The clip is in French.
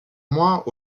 moins